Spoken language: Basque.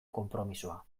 konpromisoa